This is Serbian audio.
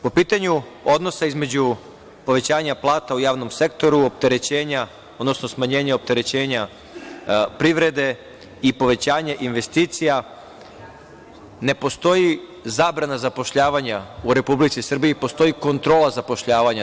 Po pitanju odnosa između povećanja plata u javnom sektoru, opterećenja, odnosno smanjenja opterećenja privrede i povećanje investicija, ne postoji zabrana zapošljavanja u Republici Srbiji, postoji kontrola zapošljavanja.